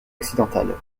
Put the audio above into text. occidentale